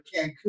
Cancun